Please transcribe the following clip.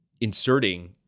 inserting